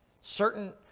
Certain